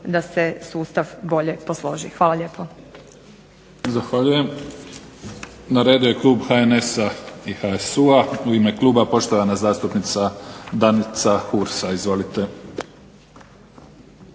da se sustav bolje posloži. Hvala lijepo. **Mimica, Neven (SDP)** Zahvaljujem. Na redu je klub HNS-HSU-a. U ime kluba poštovana zastupnica Danica Hursa. Izvolite.